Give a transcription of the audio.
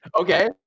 okay